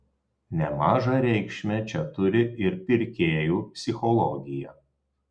nemažą reikšmę čia turi ir pirkėjų psichologija